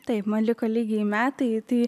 taip man liko lygiai metai tai